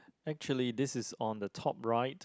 actually this is on the top right